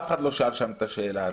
אף אחד לא שאל שם את השאלה הזאת.